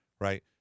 right